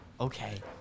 Okay